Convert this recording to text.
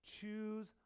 Choose